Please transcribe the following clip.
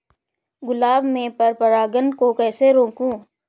गुलाब में पर परागन को कैसे रोकुं?